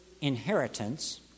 inheritance